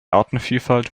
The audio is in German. artenvielfalt